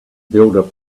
builder